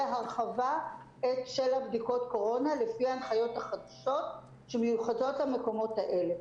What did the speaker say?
הרחבה של בדיקות הקורונה לפי ההנחיות החדשות שמיוחדות למקומות האלה.